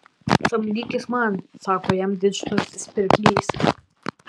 samdykis man sako jam didžturtis pirklys